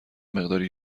مقداری